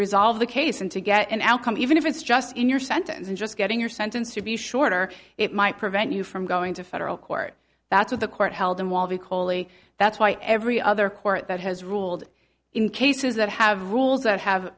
resolve the case and to get an outcome even if it's just in your sentence and just getting your sentence to be shorter it might prevent you from going to federal court that's what the court held in while the holy that's why every other court that has ruled in cases that have rules that have